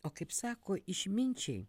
o kaip sako išminčiai